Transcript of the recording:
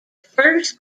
first